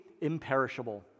imperishable